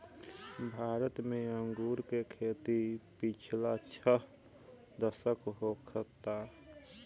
भारत में अंगूर के खेती पिछला छह दशक होखता